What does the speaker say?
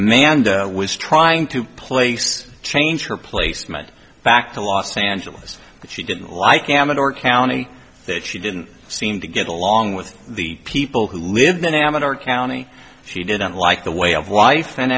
amanda was trying to place change her placement back to los angeles but she didn't like damage or county that she didn't seem to get along in with the people who live in amman our county she didn't like the way of life